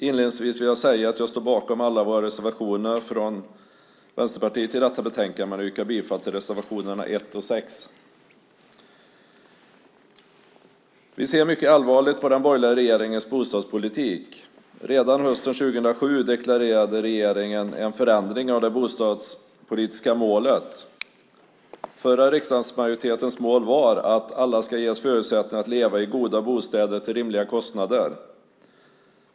Inledningsvis vill jag säga att jag står bakom alla våra reservationer från Vänsterpartiet i detta betänkande men yrkar bifall till reservationerna 1 och 6. Vi ser mycket allvarligt på den borgerliga regeringens bostadspolitik. Redan hösten 2007 deklarerade regeringen en förändring av det bostadspolitiska målet. Förra riksdagsmajoritetens mål var att alla ska ges förutsättningar att leva i goda bostäder till rimliga kostnader.